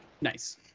Nice